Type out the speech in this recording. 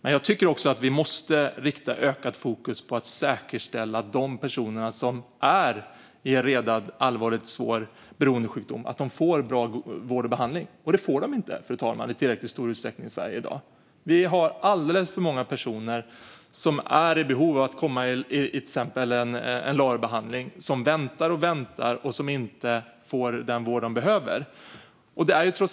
Vi måste dock också rikta ett ökat fokus på att säkerställa att de personer som redan har en allvarlig och svår beroendesjukdom verkligen får bra vård och behandling. Det får de inte i tillräckligt stor utsträckning i Sverige i dag, fru talman. Vi har alldeles för många personer som är i behov av till exempel en LARO-behandling och som väntar och väntar men inte får den vård de behöver.